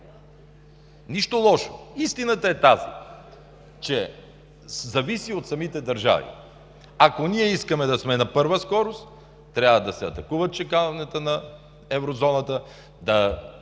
Нищо лошо. Истината е тази, че зависи от самите държави. Ако ние искаме да сме на първа скорост, трябва да се атакува чакалнята на Еврозоната,